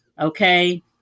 okay